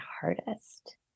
hardest